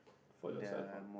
for yourself ah